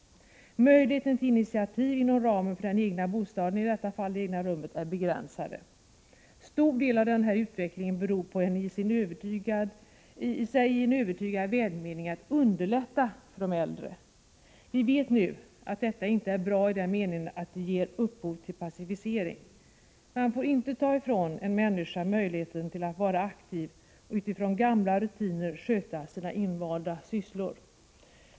Möjligheterna till initiativ inom ramen för den egna bostaden, i detta fall det egna rummet, är begränsade. En stor del av denna utveckling beror på en i sig övertygande välmening att underlätta för de äldre. Vi vet nu att detta inte är bra —i den meningen att det ger upphov till passivering. Man får inte ta ifrån en människa möjligheten att vara aktiv och utifrån gamla rutiner sköta sina invanda sysslor.